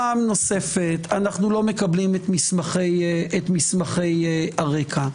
פעם נוספת אנו לא מקבלים את מסמכי הרקע.